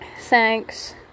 Thanks